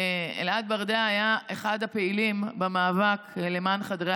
אלעד ברדע היה אחד הפעילים במאבק למען חדרי